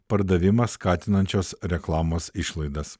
pardavimą skatinančios reklamos išlaidas